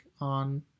on